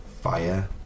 fire